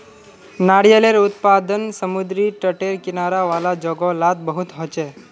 नारियालेर उत्पादन समुद्री तटेर किनारा वाला जोगो लात बहुत होचे